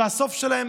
והסוף שלהן,